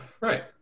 Right